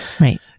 Right